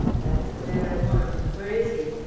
that's the man i want. where is he?